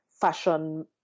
fashion